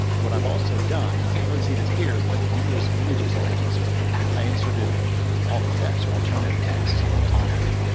what i've also done you can't really see this here, but on those images that i inserted, i inserted alt text, or alternative text on top of it.